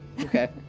Okay